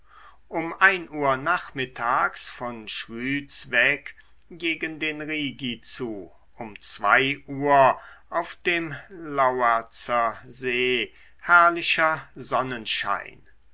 um uhr nachmittags von schwyz weg gegen den rigi zu um uhr auf dem lauerzer see herrlicher sonnenschein